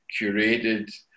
curated